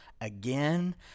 again